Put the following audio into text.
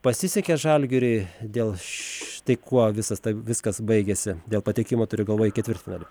pasisekė žalgiriui dėl štai kuo visas tai viskas baigėsi dėl patekimo turiu galvoj į ketvirtfinalį